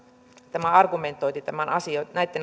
tämä argumentointi näitten